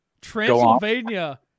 Transylvania